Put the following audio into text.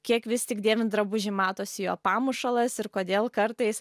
kiek vis tik dėvint drabužį matosi jo pamušalas ir kodėl kartais